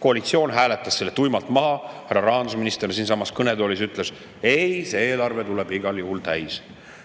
Koalitsioon hääletas selle tuimalt maha. Härra rahandusminister ütles siinsamas kõnetoolis, et see eelarve tuleb igal juhul täis.